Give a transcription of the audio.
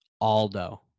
Aldo